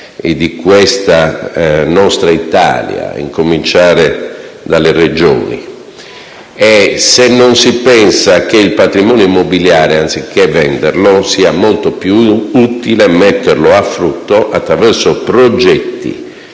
di questa nostra Italia, a cominciare dalle Regioni. E chiediamo se non si pensa che il patrimonio immobiliare, anziché venderlo, sia molto più utile metterlo a frutto attraverso progetti